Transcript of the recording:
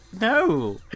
No